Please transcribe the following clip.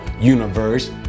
universe